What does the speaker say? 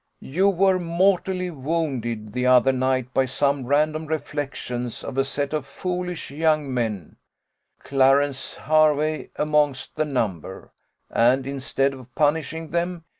you were mortally wounded the other night by some random reflections of a set of foolish young men clarence hervey amongst the number and instead of punishing them,